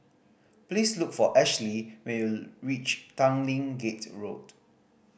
please look for Ashlee when you reach Tanglin Gate Road